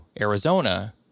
Arizona